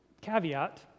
caveat